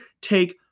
take